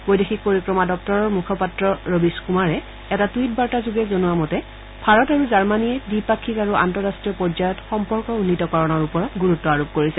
বৈদেশিক পৰিক্ৰমা দপ্তৰৰ মুখপাত্ৰ ৰবীশ কুমাৰে এটা টুইট বাৰ্তাযোগে জনোৱা মতে ভাৰত আৰু জাৰ্মনীয়ে দ্বিপাক্ষিক আৰু আন্তঃৰাষ্টীয় পৰ্যায়ত সম্পৰ্ক উন্নীতকৰণৰ ওপৰত গুৰুত্ আৰোপ কৰিছে